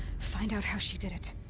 find out how she did it.